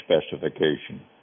specification